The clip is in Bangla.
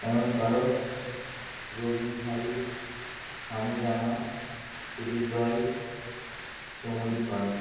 অয়ন কারক রবিন হাইত শানু জানা সুদীপ রয় সৌম্যদীপ পাল